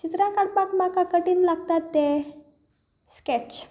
चित्रां काडपाक म्हाका कठीन लागतात ते स्कॅच